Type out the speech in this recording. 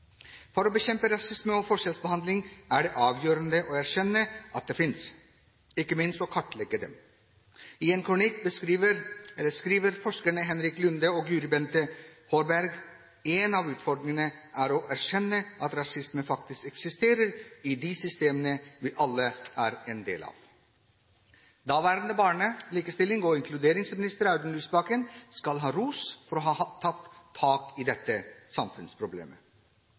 For å bekjempe rasisme og forskjellsbehandling er det avgjørende å erkjenne at det finnes, ikke minst å kartlegge det. I en kronikk skriver forskerne Henrik Lunde og Guri Bente Hårberg: «Én av utfordringene er å erkjenne at rasisme faktisk eksisterer i de systemene vi alle er en del av.» Daværende barne-, likestillings- og inkluderingsminister Audun Lysbakken skal ha ros for å ha tatt tak i dette samfunnsproblemet.